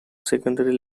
secondary